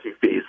fees